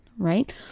right